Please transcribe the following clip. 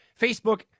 Facebook